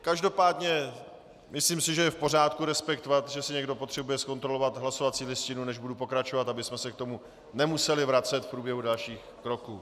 Každopádně si myslím, že je v pořádku respektovat, že si někdo potřebuje zkontrolovat hlasovací listinu, než budu pokračovat, abychom se k tomu nemuseli vracet v průběhu dalších kroků.